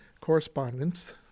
correspondence